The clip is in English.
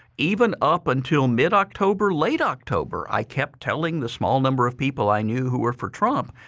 even up until mid-october, late october, i kept telling the small number of people i knew who were for trump.